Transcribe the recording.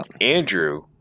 Andrew